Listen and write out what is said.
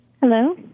Hello